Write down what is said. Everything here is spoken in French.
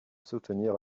soutenir